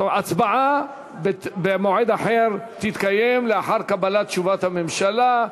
הצבעה תתקיים במועד אחר, לאחר קבלת תשובת הממשלה.